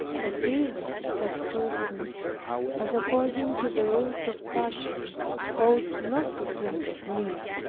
and even such persons as according to the rules of fashion ought not to think of me.